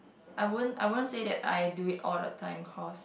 I won't I won't say that I do it all the time cause